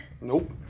Nope